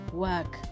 work